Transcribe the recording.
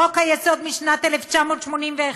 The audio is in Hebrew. חוק-היסוד משנת 1981,